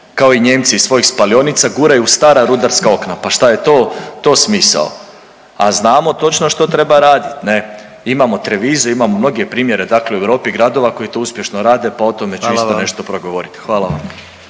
kao i Nijemci iz svojih spalionica guraju u stara rudarska okna. Pa šta je to, to smisao? A znamo točno što treba raditi ne. Imamo Treviso imamo mnoge primjere dakle u Europi gradova koji to uspješno rade pa o tome ću isto …/Upadica: Hvala vam./…